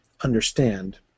understand